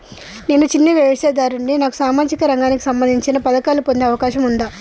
నేను చిన్న వ్యవసాయదారుడిని నాకు సామాజిక రంగానికి సంబంధించిన పథకాలు పొందే అవకాశం ఉందా?